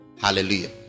hallelujah